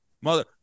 mother